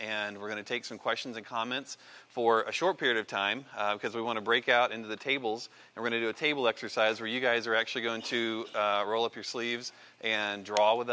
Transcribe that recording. and we're going to take some questions and comments for a short period of time because we want to break out into the tables and really do a table exercise where you guys are actually going to roll up your sleeves and draw with